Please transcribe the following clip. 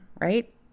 right